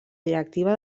directiva